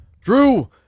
Drew